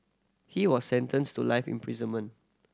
he was sentenced to life imprisonment